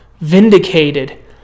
vindicated